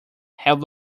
have